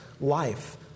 life